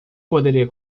poderia